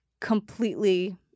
completely